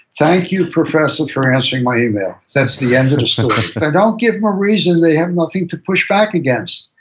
thank you, professor, for answering my email. that's the end of the story so don't give them a reason. they have nothing to push back against.